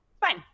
Fine